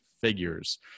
figures